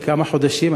כמה חודשים,